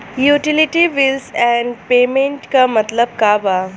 Utility bills and payments क मतलब का बा?